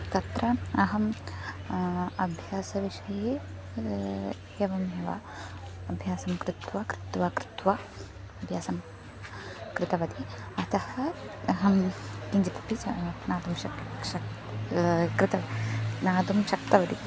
तत्र अहं अभ्यासविषये एवमेव अभ्यासं कृत्वा कृत्वा कृत्वा अभ्यासं कृतवती अतः अहं किञ्चिदपि जा ज्ञातुं शक् शक् कृतं ज्ञातुं शक्तवती